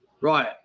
Right